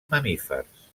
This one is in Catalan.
mamífers